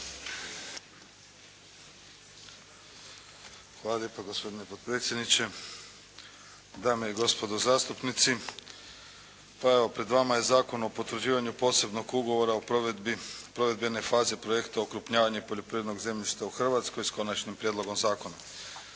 Hvala lijepo gospodine potpredsjedniče, dame i gospodo zastupnici. Pa evo pred vama je Zakon o potvrđivanju Posebnog ugovora o provedbi provedbene faze projekta "Okrupnjavanje poljoprivrednog zemljišta u Hrvatskoj" s Konačnim prijedlogom zakona.